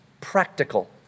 practical